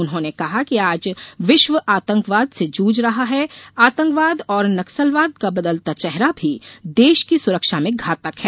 उन्होंने कहा कि आज विश्व आतंकवाद से जूझ रहा है आतंकवाद और नक्सलवाद का बदलता चेहरा भी देश की सुरक्षा में घातक है